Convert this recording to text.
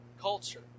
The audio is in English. culture